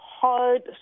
hard